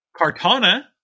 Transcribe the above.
Cartana